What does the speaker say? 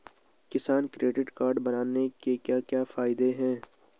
किसान credit card बनाने के क्या क्या फायदे हैं?